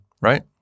right